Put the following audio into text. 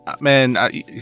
man